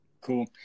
Cool